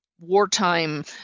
wartime